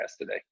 today